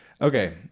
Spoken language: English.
Okay